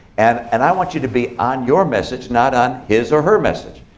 and and i want you to be on your message, not on his or her message.